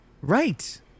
Right